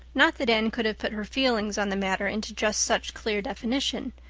not that anne could have put her feelings on the matter into just such clear definition.